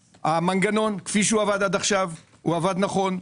המנגנון כפי שעבד עד עכשיו הוא נכון,